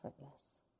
effortless